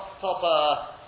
top